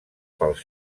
pels